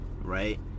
Right